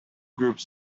groups